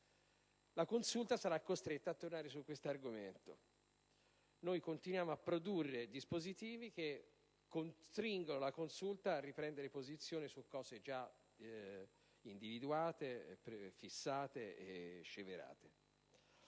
la Consulta sarà costretta a tornare su quest'argomento. Noi continuiamo a produrre dispositivi che costringono la Consulta a riprendere posizione su questioni già individuate, fissate e sceverate.